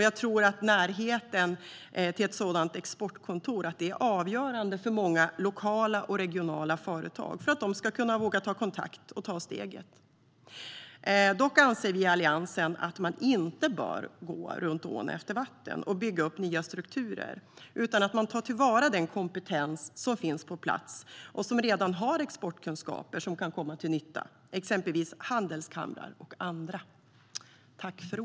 Jag tror att närheten till ett sådant exportkontor är avgörande för att många lokala och regionala företag ska våga ta kontakt och ta steget. Dock anser vi i Alliansen att man inte bör gå över ån efter vatten och bygga upp nya strukturer, utan ta till vara den kompetens som finns på plats, exempelvis i handelskamrar och annat, där man redan har exportkunskaper som kan komma till nytta.